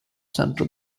central